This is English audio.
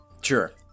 Sure